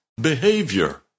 behavior